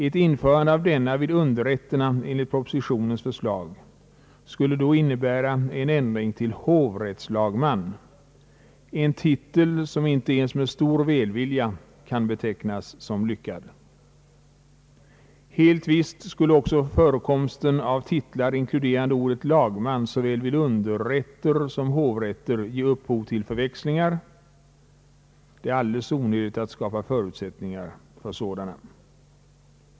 Ett införande av denna vid underrätterna i enlighet med propositionens förslag skulle innebära en ändring till hovrättslagman, en titel som inte ens med stor välvilja kan betecknas som lyckad. Helt visst skulle också förekomsten av titlar inkluderande ordet lagman såväl vid underrätter som vid hovrätter ge upphov till förväxlingar. Det är onödigt att skapa förutsättningar för sådana.